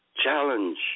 challenge